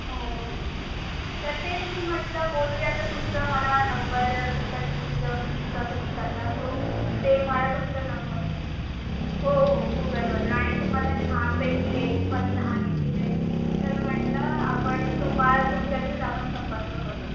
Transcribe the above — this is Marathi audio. हो तर तेच मी म्हटलं बोलूया तर तुमचा मला नंबर तुमचा टूरिझमचं तुम्ही करता तो ते मला तुमचा नंबर मिळाला हो हो गूगलवरून आणि तुम्हाला छान पैकी रेट पण आहे तिकडे तर म्हटलं आपण तुम्हाला तुमच्याशीच आपण संपर्क करू